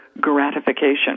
gratification